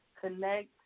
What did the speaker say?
connect